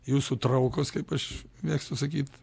jūsų traukos kaip aš mėgstu sakyt